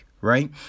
right